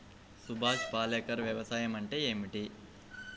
సుభాష్ పాలేకర్ వ్యవసాయం అంటే ఏమిటీ?